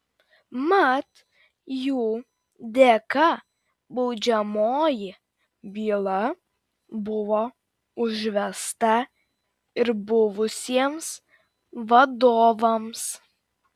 mat jų dėka baudžiamoji byla buvo užvesta ir buvusiems vadovams